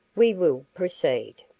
we will proceed.